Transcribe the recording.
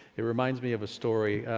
it reminds me of a story.